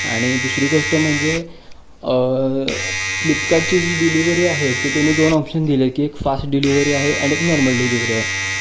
आणि दुसरी गोष्ट म्हणजे फ्लिपकार्टची जी डिलिव्ही आहे ती त्यानी दोन ऑप्शन दिले आहे की एक फास्ट डिलिवरी आहे आणि एक नॉर्मल डिलिव्हरी आहे